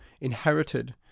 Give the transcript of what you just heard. inherited